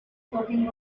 clothing